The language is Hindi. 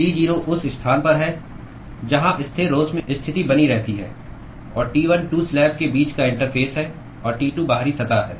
T0 उस स्थान पर है जहां स्थिरोष्म स्थिति बनी रहती है और T1 2 स्लैब के बीच का इंटरफ़ेस है और T2 बाहरी सतह है